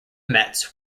mets